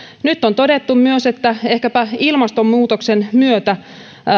nyt on todettu myös että ehkäpä ilmastonmuutoksen myötä